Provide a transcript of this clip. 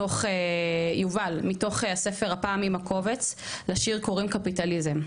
מתוך הספר: “הפעם עם הקובץ״ לשיר קוראים ׳קפיטליזם׳: